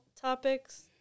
topics